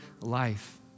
life